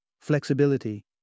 flexibility